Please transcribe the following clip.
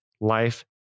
Life